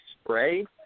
spray